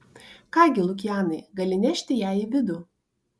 ką gi lukianai gali nešti ją į vidų